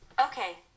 Okay